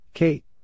Kate